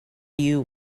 you